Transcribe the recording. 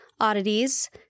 oddities